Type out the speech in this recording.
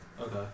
Okay